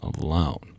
alone